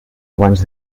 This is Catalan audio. abans